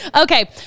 Okay